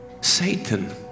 Satan